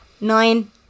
nine